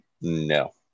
No